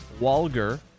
Walger